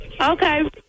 Okay